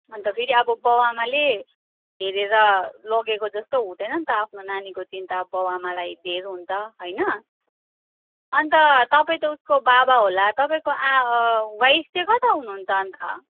अन्त फेरि अब बाबुआमाले हेरेर लगेको जस्तो हुँदैन नि त आफ्नो नानीको चिन्ता बाबुआमालाई धेर हुन्छ होइन अन्त तपाईँ त उसको बाबा होला तपाईँ आ वाइफ चाहिँ कता हुनुहुन्छ अन्त